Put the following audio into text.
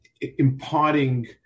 imparting